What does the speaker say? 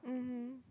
mmhmm